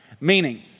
Meaning